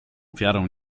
ofiarą